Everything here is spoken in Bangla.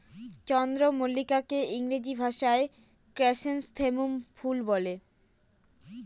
চন্দ্রমল্লিকাকে ইংরেজি ভাষায় ক্র্যাসনথেমুম ফুল বলে